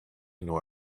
nor